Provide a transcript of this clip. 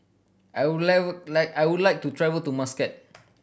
I would live I would like to travel to Muscat